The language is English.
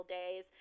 days